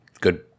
good